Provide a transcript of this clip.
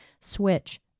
switch